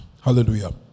Hallelujah